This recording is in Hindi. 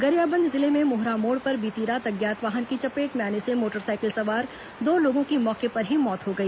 गरियाबंद जिले में मोहरा मोड़ पर बीती रात अज्ञात वाहन की चपेट में आने से मोटरसाइकिल सवार दो लोगों की मौके पर ही मौत हो गई